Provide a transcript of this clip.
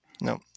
No